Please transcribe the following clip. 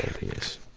and please